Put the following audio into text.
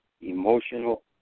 emotional